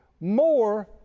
more